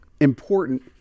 important